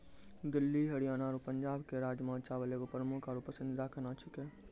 दिल्ली हरियाणा आरु पंजाबो के राजमा चावल एगो प्रमुख आरु पसंदीदा खाना छेकै